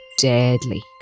deadly